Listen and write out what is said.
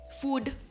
food